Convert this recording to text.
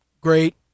Great